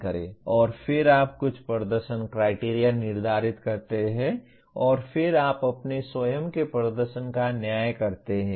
और फिर आप कुछ प्रदर्शन क्राइटेरिया निर्धारित करते हैं और फिर आप अपने स्वयं के प्रदर्शन का न्याय करते हैं